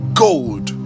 gold